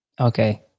Okay